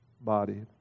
body